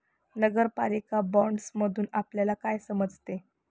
नगरपालिका बाँडसमधुन आपल्याला काय समजते?